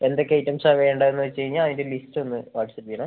എന്തൊക്കെ ഐറ്റംസാണ് വേണ്ടതെന്ന് വച്ചു കഴിഞ്ഞാൽ അതിൻ്റെ ലിസ്റ്റൊന്ന് വാട്ട്സ്ആപ്പ് ചെയ്യണേ